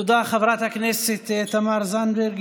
תודה, חברת הכנסת תמר זנדברג.